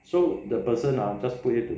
so the person ah just play in